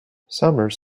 summers